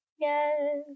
Yes